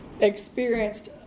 experienced